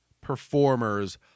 performers